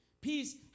Peace